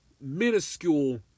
minuscule